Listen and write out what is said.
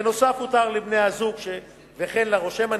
בנוסף, הותר לבני-זוג, וכן לרושם נישואין,